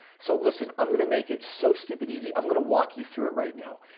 so listen, i'm going to make it so stupid easy. i'm going to walk you through it right now.